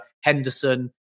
Henderson